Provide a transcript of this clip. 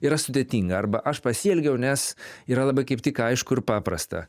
yra sudėtinga arba aš pasielgiau nes yra labai kaip tik aišku ir paprasta